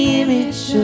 image